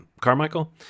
carmichael